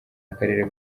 akarere